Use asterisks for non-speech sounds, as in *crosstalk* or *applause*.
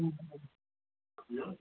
*unintelligible*